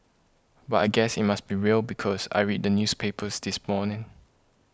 but I guess it must be real because I read the newspapers this morning